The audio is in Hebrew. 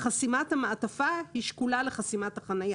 אומר שחסימת המעטפה שקולה לחסימת החניה.